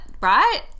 right